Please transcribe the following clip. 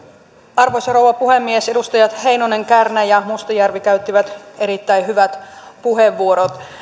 arvoisa rouva puhemies edustajat heinonen kärnä ja mustajärvi käyttivät erittäin hyvät puheenvuorot